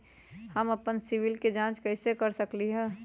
हम अपन सिबिल के जाँच कइसे कर सकली ह?